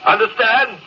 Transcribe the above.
Understand